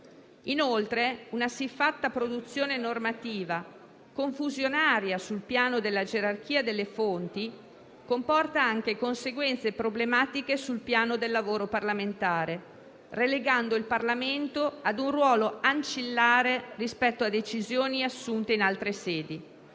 Inoltre, una siffatta produzione normativa, confusionaria sul piano della gerarchia delle fonti, comporta anche conseguenze problematiche sul piano del lavoro parlamentare, relegando il Parlamento a un ruolo ancillare rispetto a decisioni assunte in altre sedi.